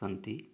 सन्ति